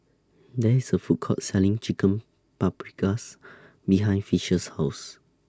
There IS A Food Court Selling Chicken Paprikas behind Fisher's House